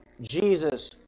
Jesus